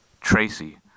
Tracy